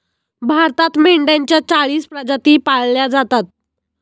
भारतात मेंढ्यांच्या चाळीस प्रजाती पाळल्या जातात